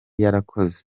yarakoze